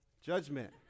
Judgment